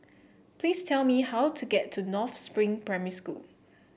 please tell me how to get to North Spring Primary School